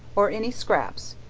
or any scraps,